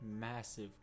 massive